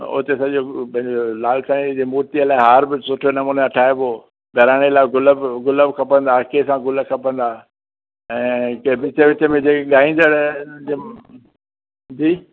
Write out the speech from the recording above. उते सॼो पंहिंजो लालकाणे जी मूर्तीअ लाइ हार बि सुठे नमूने ठाहिबो बहिराणे लाइ गुल बि गुल बि खपंदा आखीअ खां गुल बि खपंदा ऐं चवे पई चर्च में जेके ॻाईंदड़ जी